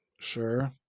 Sure